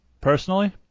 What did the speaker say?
personally